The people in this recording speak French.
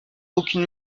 aucune